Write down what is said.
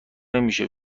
نمیشه